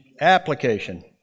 Application